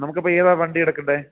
നമുക്ക് അപ്പോൾ ഏതാ വണ്ടി എടുക്കേണ്ടത്